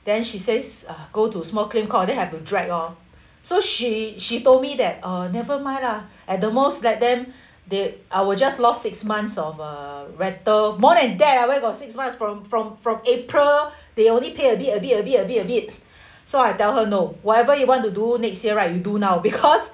then she says uh go to small claim court then have to drag ah so she she told me that uh never mind lah at the most let them they I will just lost six months of uh rental more than that ah where got six months from from from april they only pay a bit a bit a bit a bit a bit so I tell her no whatever you want to do next year right you do now because